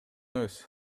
эмес